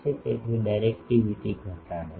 તેથી ડાયરેક્ટિવિટી ઘટાડે છે